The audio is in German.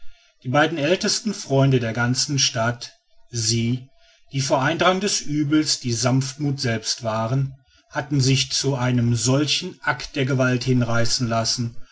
die beiden ältesten freunde der ganzen stadt sie die vor eindrang des uebels die sanftmuth selbst waren hatten sich zu einem solchen act der gewalt hinreißen lassen